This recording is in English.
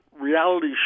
reality